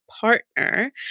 partner